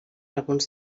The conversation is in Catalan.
alguns